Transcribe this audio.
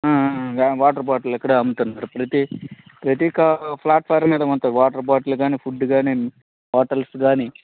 ఆ water bottle ఇక్కడే అమ్ముతున్నారు ప్రతి ప్రతి కారు ప్లాటుఫార్మ్ మీద ఉంటాయి వాటర్ బోటేల్ కాని ఫుడ్ కాని హోటల్స్ కాని